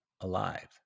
alive